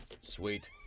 Sweet